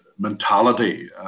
Mentality